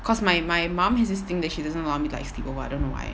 cause my my mum has this thing that she doesn't want me to like sleep over I don't know why